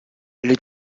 les